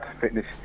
fitness